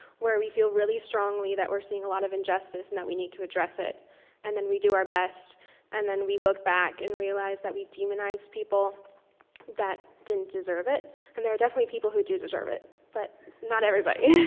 where we feel really strongly that we're seeing a lot of injustice and that we need to address it and then we do our best and then we look back and realize that we've demonized people that didn't deserve it and there are definitely people who do deserve it, but not everybody.